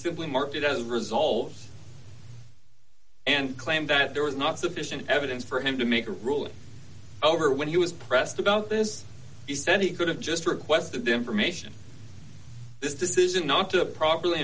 simply marked it as a result and claimed that there was not sufficient evidence for him to make a ruling over when he was pressed about this he said he could have just requested information this decision not to properly